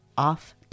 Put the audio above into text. Off